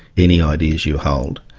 any ideas you hold.